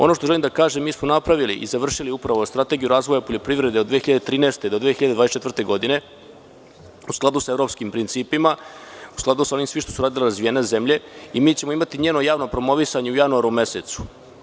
Ono što želim da kažem je da smo napravili i završili upravo strategiju razvoja poljoprivrede od 2013. do 2024. godine u skladu sa evropskim principima, u skladu sa svim onim što su uradile razvijene zemlje i mi ćemo imati njeno javno promovisanje u januaru mesecu.